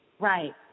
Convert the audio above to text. Right